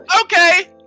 Okay